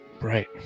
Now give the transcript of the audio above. Right